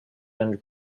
and